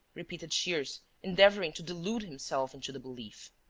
repeated shears, endeavouring to delude himself into the belief.